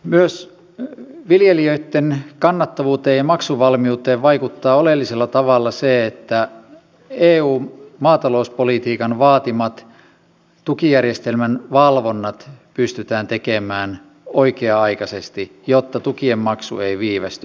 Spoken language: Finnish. myös viljelijöitten kannattavuuteen ja maksuvalmiuteen vaikuttaa oleellisella tavalla se että eun maatalouspolitiikan vaatimat tukijärjestelmän valvonnat pystytään tekemään oikea aikaisesti jotta tukien maksu ei viivästy